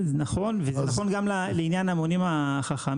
נכון, וזה נכון גם לעניין המונים החכמים.